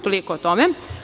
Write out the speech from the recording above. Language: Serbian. Toliko o tome.